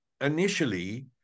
initially